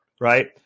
right